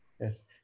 Yes